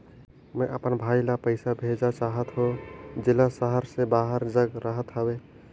मैं अपन भाई ल पइसा भेजा चाहत हों, जेला शहर से बाहर जग रहत हवे